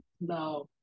no